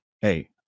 Hey